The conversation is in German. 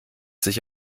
sich